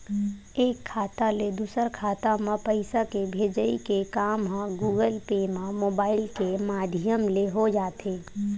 एक खाता ले दूसर खाता म पइसा के भेजई के काम ह गुगल पे म मुबाइल के माधियम ले हो जाथे